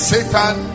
Satan